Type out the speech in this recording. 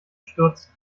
stürzen